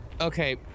Okay